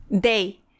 Day